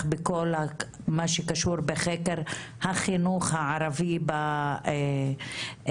בכל מה שקשור בחקר החינוך הערבי במדינה,